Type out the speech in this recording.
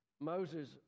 Moses